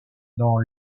dans